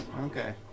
Okay